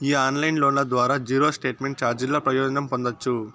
ఈ ఆన్లైన్ లోన్ల ద్వారా జీరో స్టేట్మెంట్ చార్జీల ప్రయోజనం పొందచ్చు